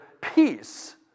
peace